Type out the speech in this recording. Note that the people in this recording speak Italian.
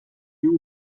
più